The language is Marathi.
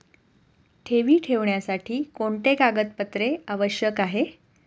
ठेवी ठेवण्यासाठी कोणते कागदपत्रे आवश्यक आहे?